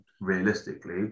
realistically